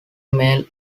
male